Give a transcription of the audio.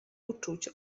uczuć